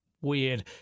weird